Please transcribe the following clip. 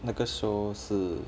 那个 show 是